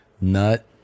nut